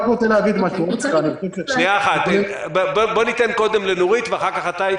להגיד משהו -- בוא ניתן קודם לנורית ואחר כך אתה,